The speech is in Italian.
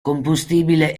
combustibile